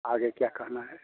आगे क्या कहना है